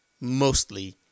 mostly